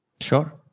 Sure